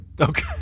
Okay